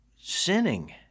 sinning